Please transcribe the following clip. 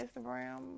Instagram